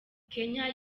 kenya